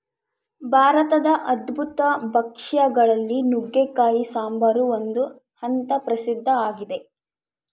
ಭಾರತದ ಅದ್ಭುತ ಭಕ್ಷ್ಯ ಗಳಲ್ಲಿ ನುಗ್ಗೆಕಾಯಿ ಸಾಂಬಾರು ಒಂದು ಅಂತ ಪ್ರಸಿದ್ಧ ಆಗಿದೆ